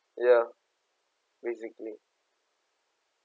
ya basically